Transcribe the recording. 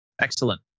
Excellent